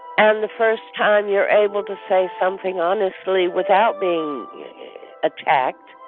and the first time you're able to say something honestly without being attacked,